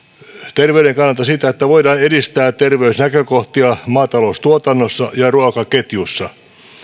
terveyden kannalta siitä että voidaan edistää terveysnäkökohtia maataloustuotannossa ja ruokaketjussa